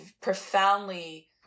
profoundly